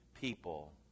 people